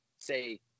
say